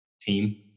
team